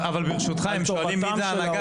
אבל ברשותך, הם שואלים מי זה ההנהגה?